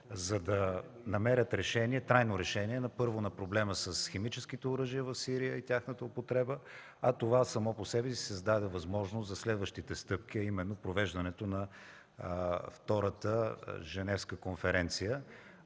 за да намерят трайно решение първо на проблема с химическите оръжия в Сирия и тяхната употреба, а това само по себе си създаде възможност за следващите стъпки, а именно провеждането на Втората женевска конференция.